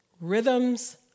rhythms